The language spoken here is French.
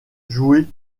jouer